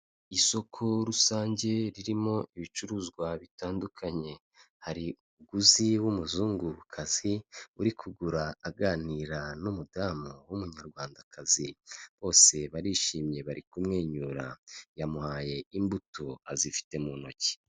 Isoko rusange ririmo ibicuruzwa bitandukanye, hari umuguzi w'umuzungukazi uri kugura aganira n'umudamu w'umunyarwandakazi, bose barishimye bari kumwenyura, yamuhaye imbuto azifite mu ntoki.